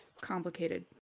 complicated